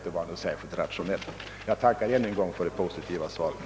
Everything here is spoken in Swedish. Jag tackar än en gång för det positiva svaret.